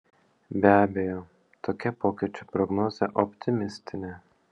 be abejo tokia pokyčių prognozė optimistinė